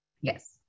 Yes